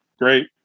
great